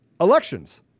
elections